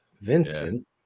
Vincent